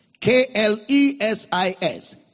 K-L-E-S-I-S